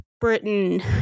Britain